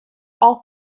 all